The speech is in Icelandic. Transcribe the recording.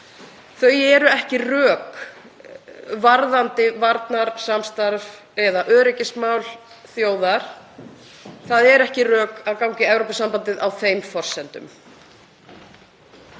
20%, ekki rök varðandi varnarsamstarf eða öryggismál þjóðar. Það eru ekki rök að ganga í Evrópusambandið á þeim forsendum.